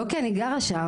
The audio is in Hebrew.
לא כי אני גרה שם,